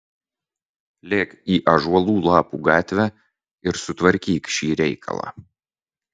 lėk į ąžuolų lapų gatvę ir sutvarkyk šį reikalą